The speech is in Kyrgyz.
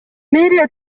мэрия